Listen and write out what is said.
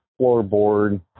floorboard